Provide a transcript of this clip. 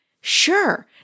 Sure